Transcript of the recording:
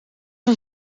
een